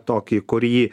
tokį kurį